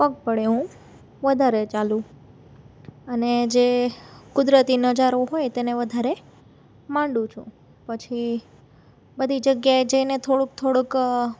પગ વડે હું વધારે ચાલુ અને જે કુદરતી નજારો હોય તેને વધારે માણુ છું પછી બધી જગ્યાએ જઈને થોડુંક થોડુંક